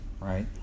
right